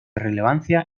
relevancia